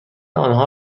آنها